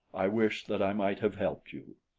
i wish that i might have helped you.